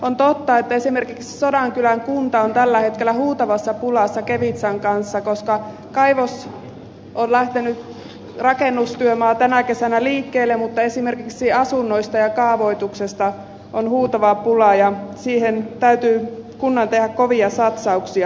on totta että esimerkiksi sodankylän kunta on tällä hetkellä huutavassa pulassa kevitsan kanssa koska kaivos on lähtenyt rakennustyömaa tänä kesänä liikkeelle mutta esimerkiksi asunnoista ja kaavoituksesta on huutava pula ja siihen täytyy kunnan tehdä kovia satsauksia